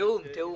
תיאום.